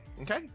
okay